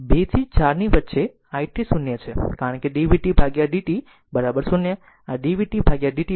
હવે 2 થી 4 ની વચ્ચે i t 0 છે કારણ કે dvt dt 0 આ dvt dt 0